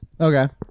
okay